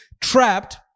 Trapped